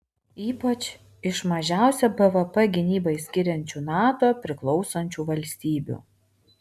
ypač iš mažiausią bvp gynybai skiriančių nato priklausančių valstybių